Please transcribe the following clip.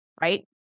right